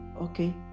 okay